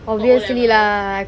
for O-levels